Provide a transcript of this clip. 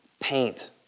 paint